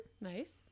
Nice